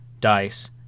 dice